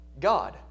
God